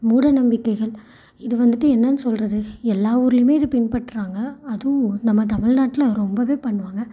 மூடநம்பிக்கைகள் இது வந்துவிட்டு என்னென்னு சொல்கிறது எல்லா ஊர்லேயுமே இது பின்பற்றுறாங்க அதுவும் நம்ம தமிழ்நாட்ல ரொம்ப பண்ணுவாங்க